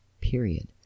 period